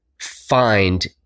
find